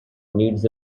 needs